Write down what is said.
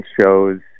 shows